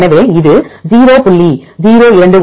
எனவே இது 0